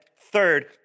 Third